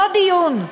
באותו דיון,